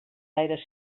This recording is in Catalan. aires